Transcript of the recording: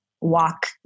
walk